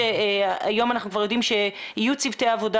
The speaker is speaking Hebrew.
היום אנחנו כבר יודעים שיהיו צוותי עבודה